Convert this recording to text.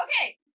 okay